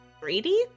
Greedy